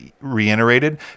reiterated